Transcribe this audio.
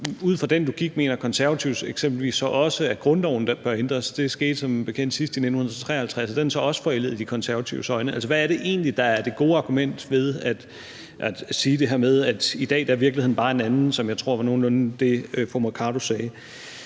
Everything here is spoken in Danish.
så eksempelvis også, at grundloven bør ændres? Det skete som bekendt sidst i 1953. Er den så også forældet i De Konservatives øjne? Altså, hvad er det egentlig, der er det gode argument i at sige det her med, at i dag er virkeligheden bare en anden, som jeg tror var nogenlunde det, fru Mai Mercado sagde?